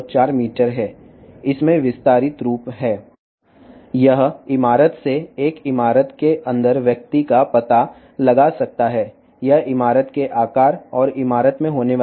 4 మీటర్లు విస్తరించిన రూపం ఇది భవనం లోపల ఉన్న వ్యక్తిని భవనం నుండి ఆఫ్సెట్ వద్ద గుర్తించగలదు